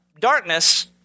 Darkness